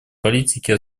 политики